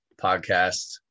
podcast